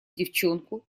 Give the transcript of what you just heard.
девчонку